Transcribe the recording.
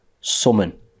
Summon